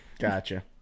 Gotcha